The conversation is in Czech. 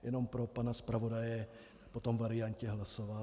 Jenom pro pana zpravodaje potom variantně hlasovat.